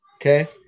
Okay